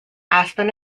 aspen